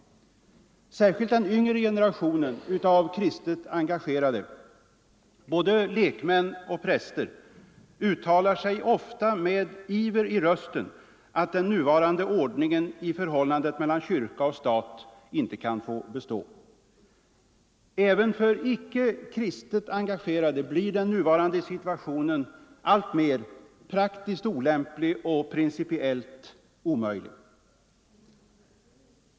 Särskilt den yngre generationen av kristet engagerade, både lekmän och präster, uttalar ofta med iver i rösten att den nuvarande ordningen i förhållandet mellan kyrka och stat inte kan få bestå. Även för icke kristet engagerade blir den nuvarande situationen alltmer praktiskt olämplig och principiellt omöjlig.